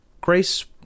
Grace